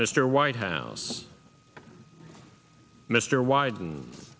mr white house mr wyden